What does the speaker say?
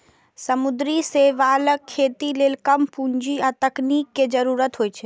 समुद्री शैवालक खेती लेल कम पूंजी आ तकनीक के जरूरत होइ छै